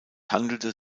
handelte